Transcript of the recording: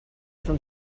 from